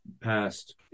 past